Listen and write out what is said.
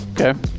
Okay